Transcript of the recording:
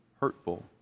hurtful